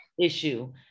issue